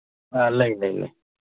ꯑꯥ ꯂꯩ ꯂꯩ ꯂꯩ